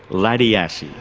laddie assey.